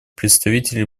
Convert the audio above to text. представителей